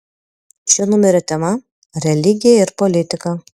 šio numerio tema religija ir politika